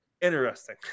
Interesting